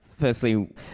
firstly